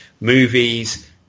movies